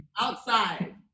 Outside